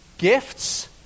Gifts